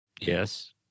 Yes